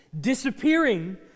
disappearing